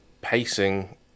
pacing